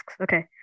Okay